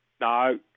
No